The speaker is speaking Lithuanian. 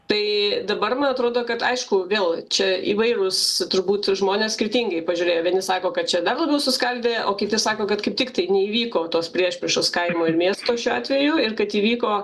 tai dabar man atrodo kad aišku vėl čia įvairūs turbūt žmonės skirtingai pažiūrėjo vieni sako kad čia dar labiau suskaldė o kiti sako kad kaip tik taip neįvyko tos priešpriešos kaimo ir miesto šiuo atveju ir kad įvyko